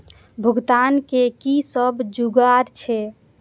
भुगतान के कि सब जुगार छे?